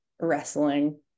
wrestling